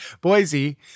Boise